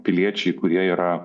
piliečiai kurie yra